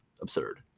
absurd